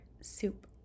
soup